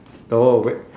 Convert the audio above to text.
oh wait